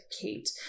kate